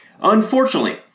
Unfortunately